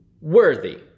worthy